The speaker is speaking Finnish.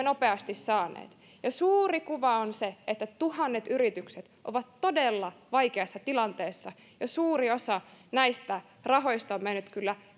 nopeasti saaneet suuri kuva on se että tuhannet yritykset ovat todella vaikeassa tilanteessa ja suuri osa näistä rahoista on mennyt kyllä